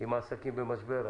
אם העסקים במשבר,